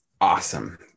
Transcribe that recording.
Awesome